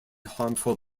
harmful